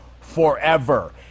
forever